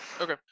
Okay